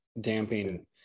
damping